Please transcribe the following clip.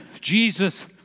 Jesus